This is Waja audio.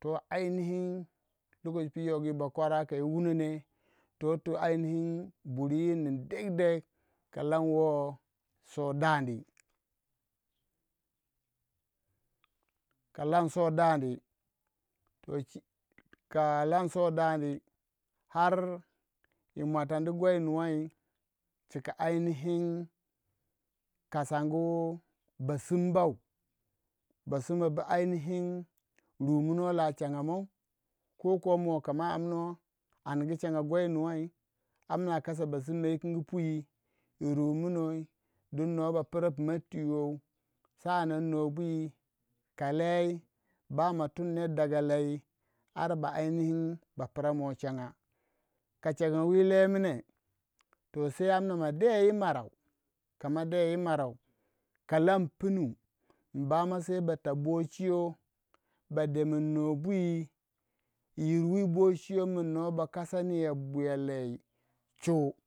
toh ainihin pu yi yogi bakwara kayi wunine toh to ainihin bur yir nin deg deg sor dandi ka lan sor dandi ka lan sor dandi yi har yi mwatani guei nuwai chika ainihin kasangu ba sinbou ba sinbou bu ainihin rumuno la changa mau kama amnor angu changa gwei nuwai amna kasa basinmo wukin pwi wu rumunuwai din nor ba pra pu ma twi wei sa'an an nor bwi ka lei bama tun ner daga lei ara ba ainihin ba pra mou changa ka changa wi lemuni am na de yi marau kalan punu mba ma ba to bochiyo ba demon nobwi dingin nor ba kasaiyo buya lei, i yir wi bochwiyo min no ba kasaniya bwiya lei chu.